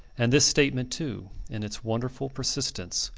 and this statement, too, in its wonderful persistence,